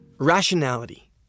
Rationality